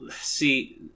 see